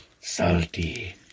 Salty